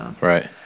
Right